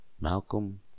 Malcolm